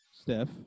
Steph